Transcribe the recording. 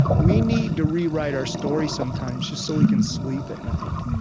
we need to rewrite our stories sometimes just so we can sleep at night.